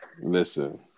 Listen